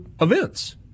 events